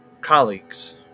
colleagues